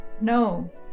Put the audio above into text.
No